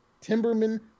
Timberman